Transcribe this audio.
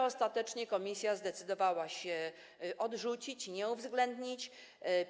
Ostatecznie komisja zdecydowała się je odrzucić, nie uwzględnić ich.